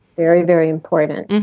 very, very important.